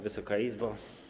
Wysoka Izbo!